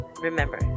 remember